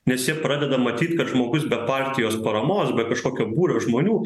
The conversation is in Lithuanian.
nes jie pradeda matyt kad žmogus be partijos paramos be kažkokio būrio žmonių